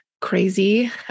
crazy